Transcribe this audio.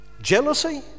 Jealousy